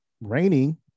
raining